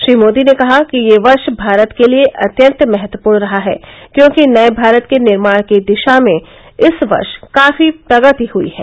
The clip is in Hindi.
श्री मोदी ने कहा कि यह वर्ष भारत के लिए अत्यंत महत्वपूर्ण रहा है क्योंकि नये भारत के निर्माण की दिशा में इस वर्ष काफी प्रगति हुई है